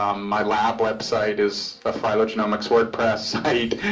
um my lab website is a phylogenomics wordpress site.